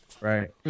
Right